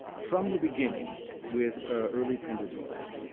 from the beginning with early printed books,